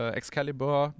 Excalibur